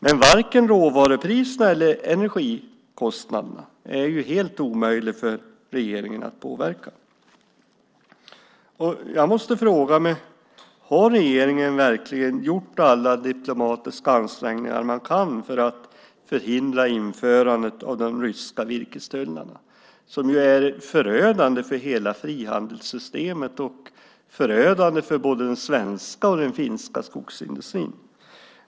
Men varken råvarupriserna eller energikostnaderna är helt omöjliga för regeringen att påverka. Jag måste fråga: Har regeringen verkligen gjort alla diplomatiska ansträngningar man kan för att förhindra införandet av de ryska virkestullarna, som ju är förödande för hela frihandelssystemet och förödande för både den svenska och den finska skogsindustrin?